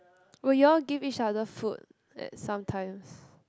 will you all give each other food at some times